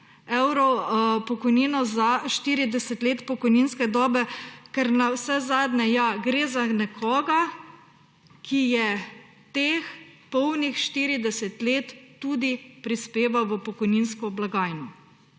evrov pokojnino za 40 let pokojninske dobe, ker navsezadnje gre za nekoga, ki je teh polnih 40 let tudi prispeval v pokojninsko blagajno,